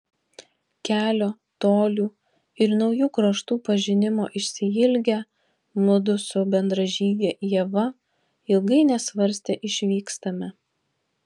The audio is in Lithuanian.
kelio tolių ir naujų kraštų pažinimo išsiilgę mudu su bendražyge ieva ilgai nesvarstę išvykstame